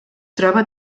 troba